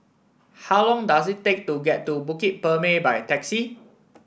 how long does it take to get to Bukit Purmei by taxi